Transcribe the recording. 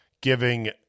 giving